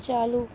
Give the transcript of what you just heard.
چالو